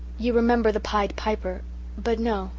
you remember the pied piper but no,